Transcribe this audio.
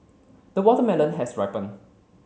the watermelon has ripened